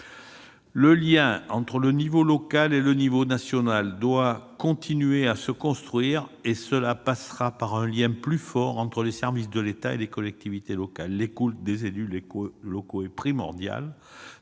Le lien entre l'échelon local et l'échelon national doit continuer à se construire et cela passera par un lien plus fort entre les services de l'État et les collectivités territoriales. L'écoute des élus locaux est primordiale,